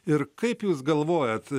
ir kaip jūs galvojate